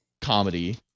comedy